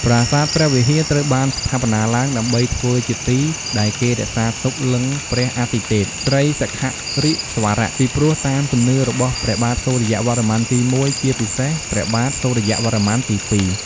ប្រាសាទព្រះវិហារត្រូវបានស្ថាបនាឡើង ដើម្បីធ្វើជាទីដែលគេរក្សាទុកលិង្គព្រះអាទិទេព ស្រីសិខៈរិស្វរៈ ពីព្រោះតាមជំនឿរបស់ព្រះបាទសូរ្យវរ្ម័នទី១ ជាពិសេសព្រះបាទសូរ្យវរ្ម័នទី២។